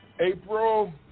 April